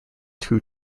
two